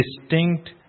distinct